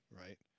right